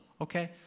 okay